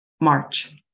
March